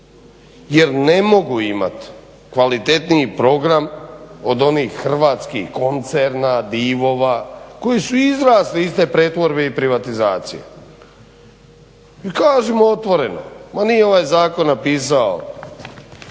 jer ne mogu imati kvalitetniji program od onih hrvatskih koncerna, divova koji su izrasli iz te pretvorbe i privatizacije. I kažem otvoreno, ma nije ovaj zakon napisao